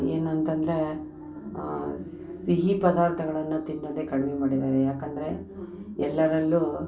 ಏನಂತಂದರೆ ಸಿಹಿ ಪದಾರ್ಥಗಳನ್ನು ತಿನ್ನೋದೇ ಕಡಿಮೆ ಮಾಡಿದ್ದಾರೆ ಏಕಂದ್ರೆ ಎಲ್ಲರಲ್ಲೂ